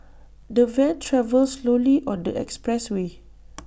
the van travelled slowly on the expressway